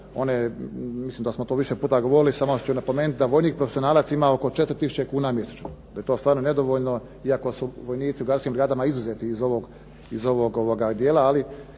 mislim da smo to više puta govorili, samo ću napomenuti da vojnik profesionalac ima oko 4 tisuće kuna mjesečno, da je to stvarno nedovoljno iako su vojnici u …/Govornik se ne razumije./… izuzeti iz ovog dijela,